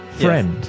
friend